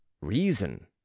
reason